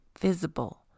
visible